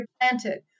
planted